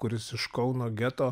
kuris iš kauno geto